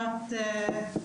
נכון,